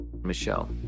Michelle